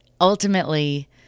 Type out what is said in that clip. Ultimately